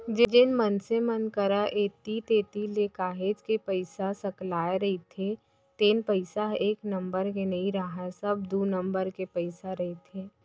जेन मनसे मन करा ऐती तेती ले काहेच के पइसा सकलाय रहिथे तेन पइसा ह एक नंबर के नइ राहय सब दू नंबर के पइसा रहिथे